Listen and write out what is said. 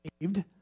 saved